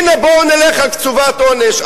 הנה, בואו נלך על קצובת עונש.